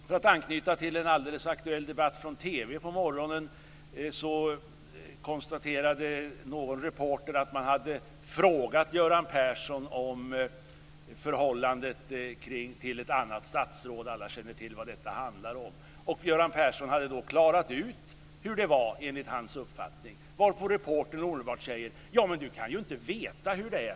För att anknyta till en alldeles aktuell debatt från TV i morse kan jag berätta att en reporter konstaterade att man hade frågat Göran Persson om förhållandet till ett annat statsråd - alla känner till vad det handlar om. Göran Persson hade då klarat ut hur det var enligt hans uppfattning, varpå reportern omedelbart säger: Ja, men du kan ju inte veta hur det är.